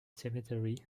cemetery